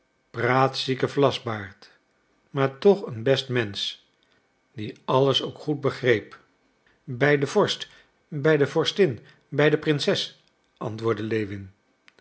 praatzieke vlasbaard maar toch een best mensch die alles ook goed begreep bij den vorst bij de vorstin bij de prinses antwoordde lewin